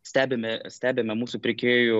stebime stebime mūsų pirkėjų